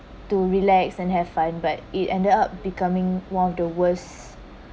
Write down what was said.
to relax and have fun but it ended up becoming one of the worst